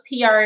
PR